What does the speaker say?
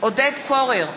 עודד פורר,